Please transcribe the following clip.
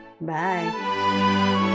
Bye